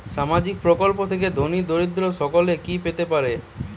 সামাজিক প্রকল্প থেকে ধনী দরিদ্র সকলে কি পেতে পারে?